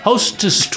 Hostess